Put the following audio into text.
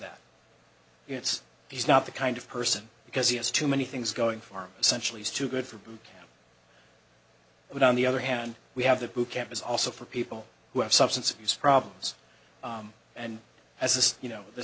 know it's he's not the kind of person because he has too many things going for centuries too good for him but on the other hand we have the boot camp is also for people who have substance abuse problems and as you know the